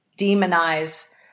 demonize